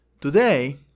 Today